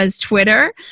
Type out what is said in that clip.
twitter